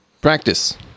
practice